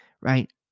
Right